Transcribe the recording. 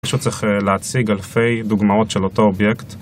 פשוט צריך אה.. להציג אלפי דוגמאות של אותו אובייקט